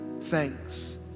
thanks